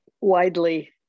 widely